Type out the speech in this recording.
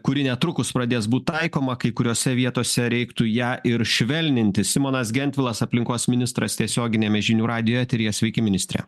kuri netrukus pradės būt taikoma kai kuriose vietose reiktų ją ir švelninti simonas gentvilas aplinkos ministras tiesioginiame žinių radijo eteryje sveiki ministre